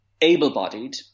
able-bodied